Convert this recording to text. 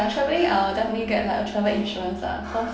ya travelling I'll definitely get like a travel insurance lah because